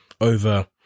over